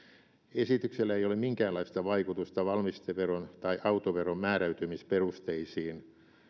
esityksellä ei ole minkäänlaista vaikutusta valmisteveron tai autoveron määräytymisperusteisiin